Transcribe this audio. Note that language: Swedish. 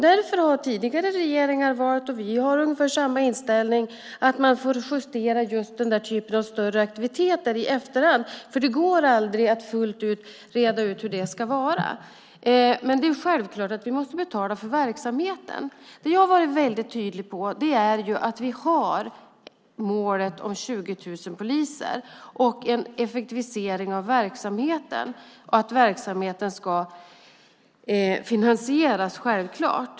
Därför har tidigare regeringar menat - vi har ungefär samma inställning - att man just när det gäller den typen av större aktiviteter i efterhand får göra justeringar eftersom det aldrig går att i förväg fullt ut reda ut hur det ska vara. Självklart måste vi betala för verksamheten. Jag har varit väldigt tydlig om vårt mål om 20 000 poliser, om en effektivisering av verksamheten och om att denna självklart ska finansieras.